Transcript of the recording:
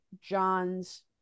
john's